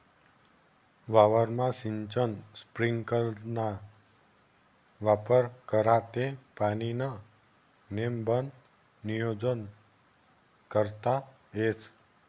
वावरमा सिंचन स्प्रिंकलरना वापर करा ते पाणीनं नेमबन नियोजन करता येस